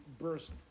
burst